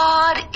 God